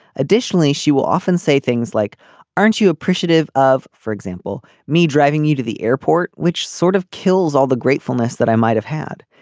additionally she will often say things like aren't you appreciative of for example me driving you to the airport. which sort of kills all the gratefulness that i might have had.